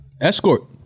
escort